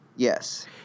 Yes